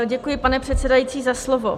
Děkuji, pane předsedající, za slovo.